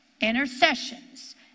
intercessions